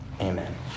Amen